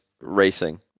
Racing